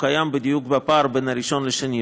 קיים בדיוק בפער בין הראשון לשני.